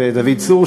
ודוד צור,